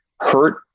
hurt